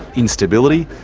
instability,